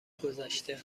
گذشته